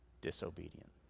disobedient